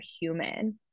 human